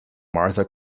martha